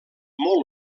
molt